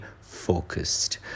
focused